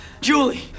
Julie